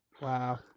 Wow